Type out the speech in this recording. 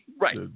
Right